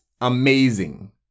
amazing